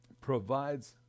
provides